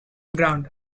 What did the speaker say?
ground